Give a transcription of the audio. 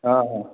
हाँ हाँ